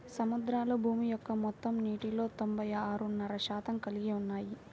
సముద్రాలు భూమి యొక్క మొత్తం నీటిలో తొంభై ఆరున్నర శాతం కలిగి ఉన్నాయి